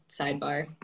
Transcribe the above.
sidebar